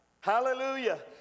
Hallelujah